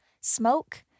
smoke